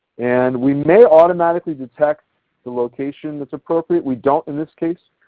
and we may automatically detect the location that is appropriate. we don't in this case.